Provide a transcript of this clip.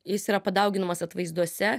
jis yra padauginamas atvaizduose